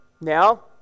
Now